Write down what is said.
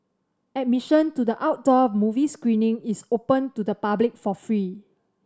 admission to the outdoor movie screening is open to the public for free